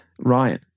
Ryan